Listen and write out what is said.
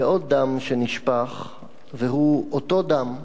ועוד דם שנשפך, והוא אותו הדם,